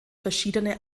verschiedene